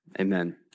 amen